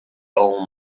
old